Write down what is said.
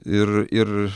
ir ir